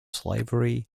slavery